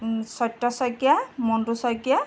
Satya Saikia Montu Saikia